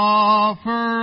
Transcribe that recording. offer